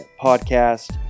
podcast